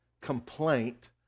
complaint